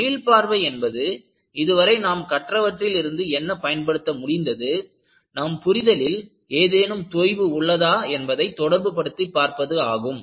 மீள் பார்வை என்பது இதுவரை நாம் கற்றவற்றில் இருந்து என்ன பயன்படுத்த முடிந்தது நம் புரிதலில் ஏதேனும் தொய்வு உள்ளதா என்பதை தொடர்புபடுத்தி பார்ப்பது ஆகும்